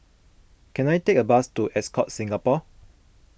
can I take a bus to Ascott Singapore